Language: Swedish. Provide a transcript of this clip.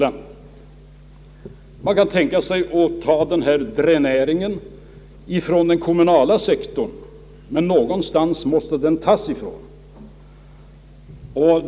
Man kan alternativt tänka sig att ta detta kapital från den kommunala sektorn — någonstans måste den i varje fall tas ifrån.